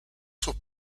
sus